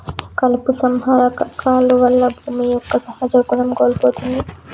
కలుపు సంహార కాలువల్ల భూమి యొక్క సహజ గుణం కోల్పోతుంది